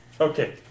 Okay